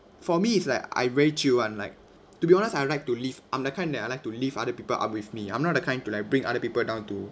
for me it's like I real chill [one] like to be honest I like to lift I'm the kind that I like to lift other people up with me I'm not the kind to like bring other people down to